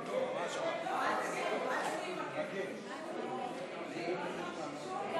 להעביר לוועדה את הצעת חוק האגודות העות'מאניות (רישום ופיקוח),